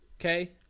okay